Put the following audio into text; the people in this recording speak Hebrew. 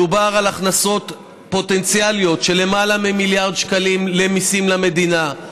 מדובר על הכנסות פוטנציאליות של למעלה ממיליארד שקלים כמיסים למדינה,